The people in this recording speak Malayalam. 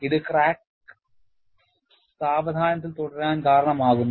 ഇത് ക്രാക്ക് സാവധാനത്തിൽ തുടരാൻ കാരണമാകുന്നു